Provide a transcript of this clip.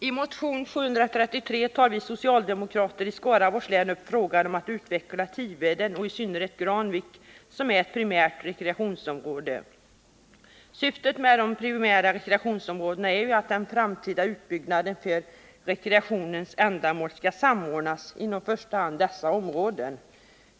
I motion 733 tar vi socialdemokrater i Skaraborgs län upp frågan om utveckling av Tiveden, i synnerhet Granvik, som är ett primärt rekreationsområde. Syftet med de primära rekreationsområdena är att den framtida utbyggnaden för rekreationsändamål skall samordnas inom i första hand dessa områden.